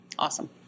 awesome